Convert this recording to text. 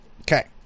Okay